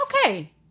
Okay